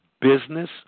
business